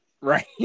right